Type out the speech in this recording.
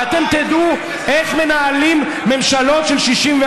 ואתם תדעו איך מנהלים ממשלות של 61: